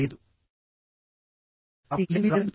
కాబట్టి అది లేకుండా మీరు రాలేరని మీకు చెప్పబడుతుంది